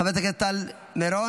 חברת הכנסת טל מירון,